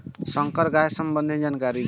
संकर गाय संबंधी जानकारी दी?